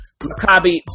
Maccabi